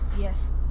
Yes